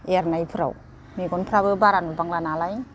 एरनायफोराव मेगनफ्राबो बारा नुबांला नालाय